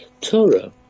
Torah